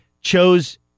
chose